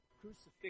Crucifixion